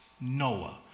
Noah